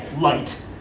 light